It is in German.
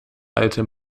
alte